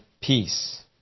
peace